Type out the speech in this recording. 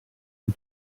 and